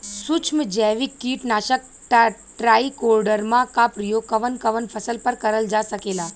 सुक्ष्म जैविक कीट नाशक ट्राइकोडर्मा क प्रयोग कवन कवन फसल पर करल जा सकेला?